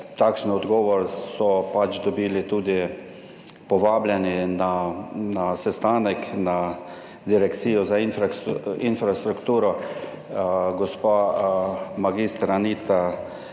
Takšen odgovor so pač dobili tudi povabljeni na sestanek na Direkciji za infrastrukturo, gospa mag. Anita Reich